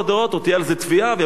עוד תהיה על זה תביעה ויבואו לבית-משפט,